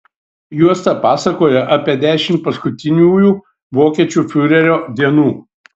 juosta pasakoja apie dešimt paskutiniųjų vokiečių fiurerio dienų